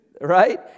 Right